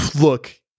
Look